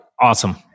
awesome